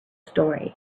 story